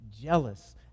jealous